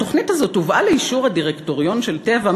התוכנית הזאת הובאה לאישור הדירקטוריון של "טבע"?